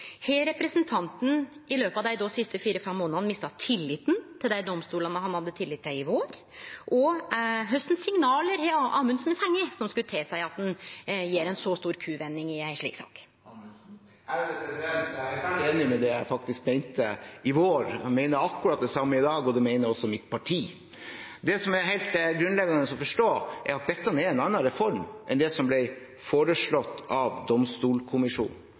Har representanten i løpet av dei siste fire–fem månadane mista tilliten til dei domstolane han hadde tillit til i vår? Og kva signal har Amundsen fått som skulle tilseie at han gjer ei så stor kuvending i ei slik sak? Jeg er svært enig i det jeg mente i vår – jeg mener akkurat det samme i dag, og det mener også mitt parti. Det som er helt grunnleggende å forstå, er at dette er en annen reform enn det som ble foreslått av domstolkommisjonen,